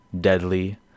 deadly